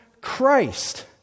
Christ